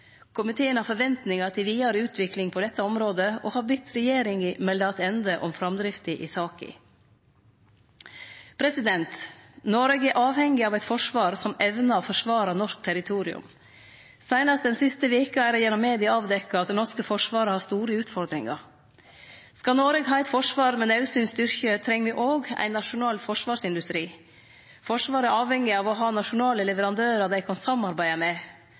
Komiteen har forventningar til vidare utvikling på dette området og har bede regjeringa melde attende om framdrifta i saka. Noreg er avhengig av eit forsvar som evnar å forsvare norsk territorium. Seinast den siste veka er det gjennom media avdekt at det norske forsvaret har store utfordringar. Skal Noreg ha eit forsvar med naudsynt styrke, treng me òg ein nasjonal forsvarsindustri. Forsvaret er avhengig av å ha nasjonale leverandørar dei kan samarbeide med.